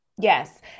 Yes